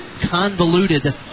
convoluted